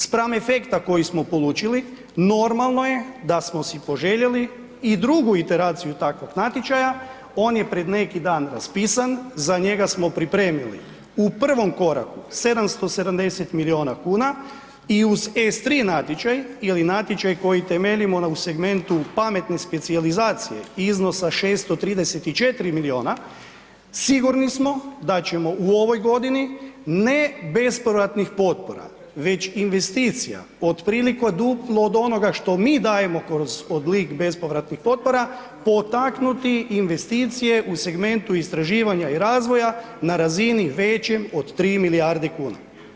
Spram efekta koji smo polučili normalno je da smo si poželjeli i drugi interaciju takvog natječaja, on je pred neki nad raspisan, za njega smo pripremili u prvom koraku 770 milijuna kuna i uz S3 natječaj ili natječaj koji temeljimo u segmentu pametne specijalizacije i iznosa 634 milijuna, sigurni smo da ćemo u ovoj godini, ne bespovratnih potpora, već investicija otprilike duplo od onoga što mi dajemo kroz oblik bespovratnih potpora, potaknuti investicije u segmentu istraživanja i razvoja na razini većem od 3 milijarde kuna.